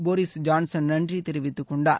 Boris Johnson நன்றி தெரிவித்துக் கொண்டார்